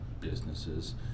businesses